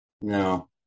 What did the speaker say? No